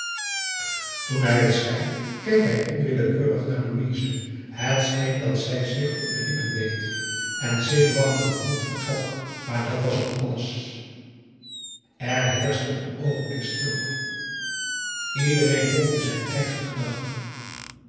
toen hij het zei keek hij onwillekeurig naar louise het scheen dat zij zich op de lippen beet en zenuwachtig den mond vertrok maar dat was ook alles er heerschte een oogenblik stilte iedereen volgde zijn eigen gedachten